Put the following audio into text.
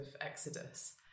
Exodus